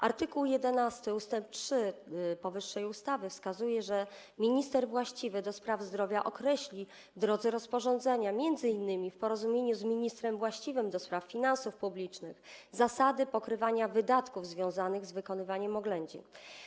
Art. 11 ust. 3 powyższej ustawy wskazuje, że minister właściwy do spraw zdrowia określi, w drodze rozporządzenia, m.in. w porozumieniu z ministrem właściwym do spraw finansów publicznych, zasady pokrywania wydatków związanych z wykonywaniem oględzin.